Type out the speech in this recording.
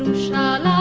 shot